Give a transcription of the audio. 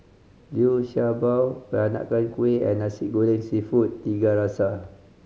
Liu Sha Bao Peranakan Kueh and Nasi Goreng Seafood Tiga Rasa